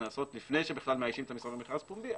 שנעשות לפני שבכלל מאיישים את המשרה במכרז פומבי,